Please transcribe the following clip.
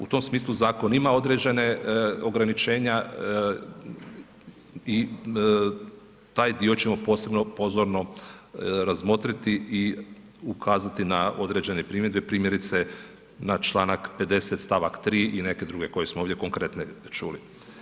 U tom smislu zakon ima ograničenja i taj dio ćemo posebno pozorno razmotriti i ukazati na određene primjedbe, primjerice, na čl. 50. stavak 3. i neke druge koje smo ovdje konkretne čuli.